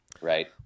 right